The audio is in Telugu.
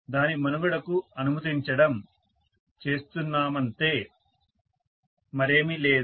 దాని మనుగడకు అనుమతించడం చేస్తున్నదంతే మరేమీ లేదు